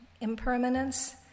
impermanence